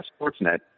SportsNet